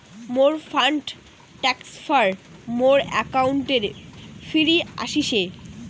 মোর fund transfer মোর অ্যাকাউন্টে ফিরি আশিসে